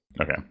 Okay